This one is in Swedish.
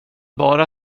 bara